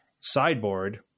sideboard